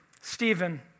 Stephen